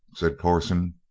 said corson.